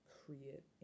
create